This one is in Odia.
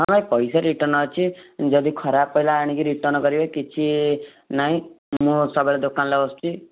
ହଁ ଭାଇ ପଇସା ରିଟର୍ଣ୍ଣ ଅଛି ଯଦି ଖରାପ ପଇଲା ଆଣିକି ରିଟର୍ଣ୍ଣ କରିବେ କିଛି ନାଇ ମୁଁ ସବୁବେଳେ ଦୋକାନରେ ବସୁଛି